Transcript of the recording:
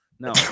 No